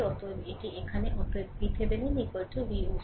অতএব এটি এটা এখানে অতএব VThevenin Voc